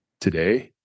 today